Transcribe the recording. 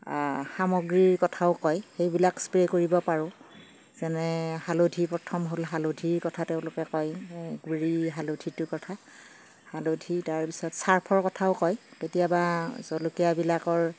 সামগ্ৰীৰ কথাও কয় সেইবিলাক স্প্ৰে' কৰিব পাৰোঁ যেনে হালধি প্ৰথম হ'ল হালধিৰ কথা তেওঁলোকে কয় গুৰি হালধিটোৰ কথা হালধি তাৰ পিছত ছাৰ্ফৰ কথাও কয় কেতিয়াবা জলকীয়াবিলাকৰ